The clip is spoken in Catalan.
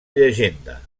llegenda